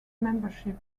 membership